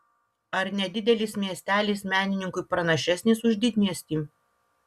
ar nedidelis miestelis menininkui pranašesnis už didmiestį